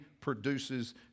produces